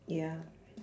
ya